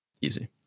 easy